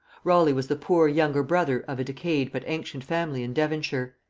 raleigh was the poor younger brother of a decayed but ancient family in devonshire.